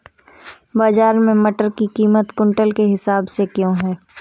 बाजार में मटर की कीमत क्विंटल के हिसाब से क्यो है?